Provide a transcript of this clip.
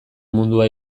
mundua